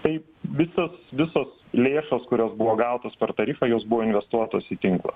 tai visos visos lėšos kurios buvo gautos per tarifą jos buvo investuotos į tinklą